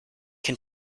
can